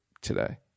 today